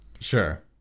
Sure